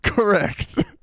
Correct